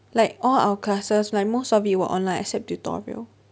like all our classes like most of it were online except tutorial